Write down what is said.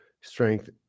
strength